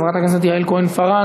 חברת הכנסת יעל כהן-פארן,